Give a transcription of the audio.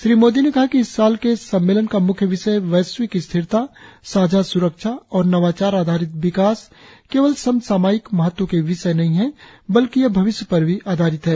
श्री मोदी ने कहा कि इस साल के सम्मेलन का मुख्य विषय वैश्विक स्थिरता साझा स्रक्षा और नवाचार आधारित विकास केवल समसामयिक महत्व के विषय नहीं हैं बल्कि यह भविष्य पर भी आधारित है